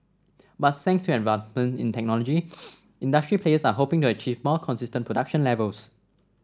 but thanks to advancement in technology industry players are hoping to achieve more consistent production levels